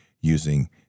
using